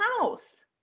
house